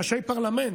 ראשי פרלמנט,